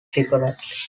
cigarettes